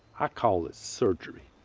i call it surgery.